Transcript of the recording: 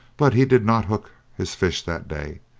but he did not hook his fish that day,